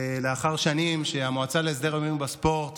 לאחר שנים שהמועצה להסדר ההימורים בספורט